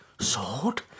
sword